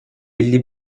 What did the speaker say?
elli